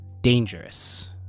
dangerous